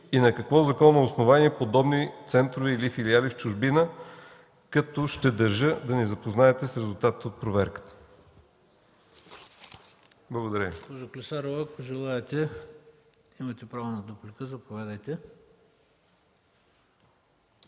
и на какво законово основание подобни центрове или филиали в чужбина, като ще държа да ме запознаете с резултатите от проверката. Благодаря